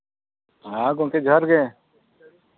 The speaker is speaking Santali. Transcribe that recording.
ᱦᱮᱸ ᱜᱚᱢᱠᱮ ᱡᱚᱦᱟᱨ ᱜᱮ